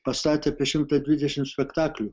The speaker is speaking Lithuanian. pastatė apie šimtą dvidešimt spektaklių